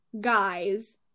guys